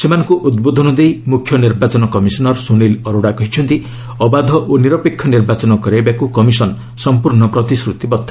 ସେମାନଙ୍କୁ ଉଦ୍ବୋଧନ ଦେଇ ମୁଖ୍ୟ ନିର୍ବାଚନ କମିଶନର୍ ସୁନିଲ୍ ଅରୋଡା କହିଛନ୍ତି ଅବାଧ ଓ ନିରପେକ୍ଷ ନିର୍ବାଚନ କରାଇବାକୁ କମିଶନ୍ ସମ୍ପର୍ଶ୍ଣ ପ୍ରତିଶ୍ରତିବଦ୍ଧ